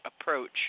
approach